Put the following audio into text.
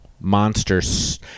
monsters